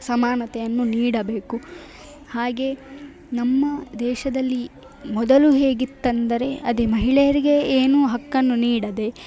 ಸಮಾನತೆಯನ್ನು ನೀಡಬೇಕು ಹಾಗೆ ನಮ್ಮ ದೇಶದಲ್ಲಿ ಮೊದಲು ಹೇಗಿತ್ತಂದರೆ ಅದೇ ಮಹಿಳೆಯರಿಗೆ ಏನು ಹಕ್ಕನ್ನು ನೀಡದೆ